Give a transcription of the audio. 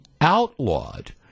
outlawed